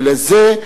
ולזה,